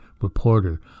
reporter